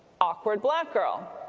awkward blog girl.